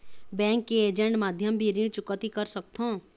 Bank के agent माध्यम भी ऋण चुकौती कर सकथों?